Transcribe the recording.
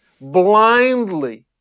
blindly